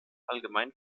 allgemein